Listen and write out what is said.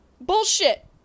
Bullshit